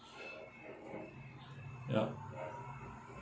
ya